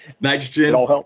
Nitrogen